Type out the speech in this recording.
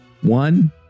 One